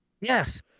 Yes